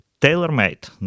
tailor-made